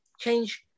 change